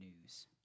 news